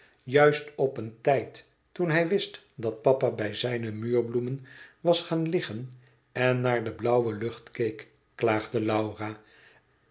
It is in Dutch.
tuist op een tijd toen hij wist dat papa bij zijne muurbloemen was gaan liggen en naar de blauwe lucht keek klaagde laura